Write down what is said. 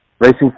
racing